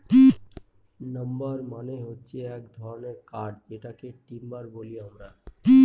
number মানে হচ্ছে এক ধরনের কাঠ যেটাকে টিম্বার বলি আমরা